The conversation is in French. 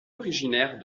originaire